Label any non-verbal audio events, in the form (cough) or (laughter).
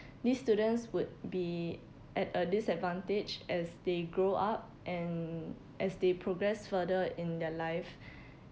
these students would be at a disadvantage as they grow up and as they progress further in their life (breath)